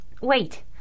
Wait